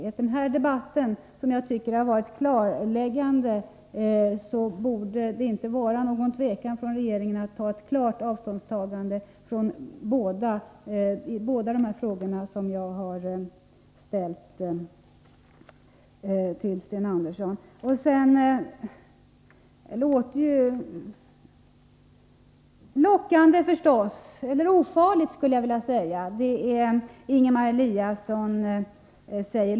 Efter den här debatten, som jag tycker har varit klarläggande, borde regeringen inte tveka att ta klart avstånd från det jag tagit upp i mina båda frågor till Sten Andersson. Låt oss få en mångfald och låt oss få alternativ! sade Ingemar Eliasson.